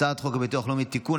הצעת חוק הביטוח הלאומי (תיקון,